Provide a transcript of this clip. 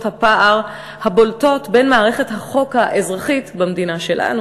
הפער הבולטות בין מערכת החוק האזרחית במדינה שלנו,